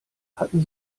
hatten